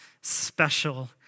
special